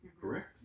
correct